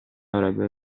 avrebbe